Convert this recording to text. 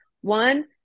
one